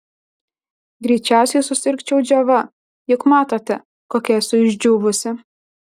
greičiausiai susirgčiau džiova juk matote kokia esu išdžiūvusi